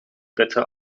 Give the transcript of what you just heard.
bitte